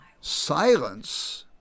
Silence